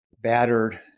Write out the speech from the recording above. battered